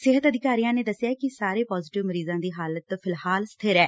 ਸਿਹਤ ੱਅਧਿਕਾਰੀਆਂ ਨੇ ਦਸਿਐ ਕਿ ਸਾਰੇ ਪਾਜੀਟਿਵ ਮਰੀਜ਼ਾਾਂ ਦੀ ਹਾਲਤ ਫਿਲਹਾਲ ਸਥਿਰ ਐ